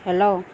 hello